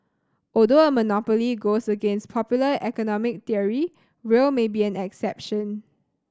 although a monopoly goes against popular economic theory rail may be an exception